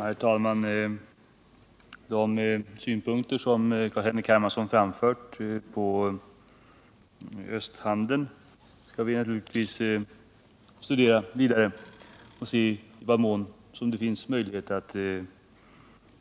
Herr talman! De synpunkter som Carl-Henrik Hermansson framfört på östhandeln skall vi naturligtvis studera vidare och se i vad mån det finns möjligheter